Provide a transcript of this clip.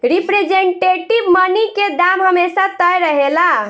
representative money के दाम हमेशा तय रहेला